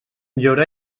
llaurar